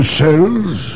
cells